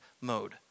mode